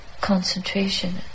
concentration